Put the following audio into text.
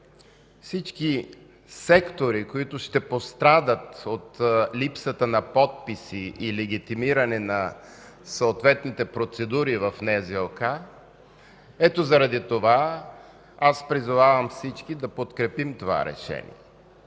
всички сектори, които ще пострадат от липсата на подписи и легитимиране на съответните процедури в НЗОК, ето заради това аз призовавам всички да подкрепим това решение.